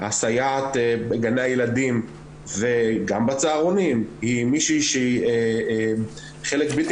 הסייעת בגני הילדים וגם בצהרונים היא מישהי שהיא חלק בלתי